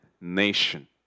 nation